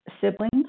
siblings